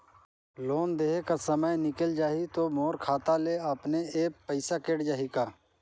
Loan देहे कर समय निकल जाही तो मोर खाता से अपने एप्प पइसा कट जाही का?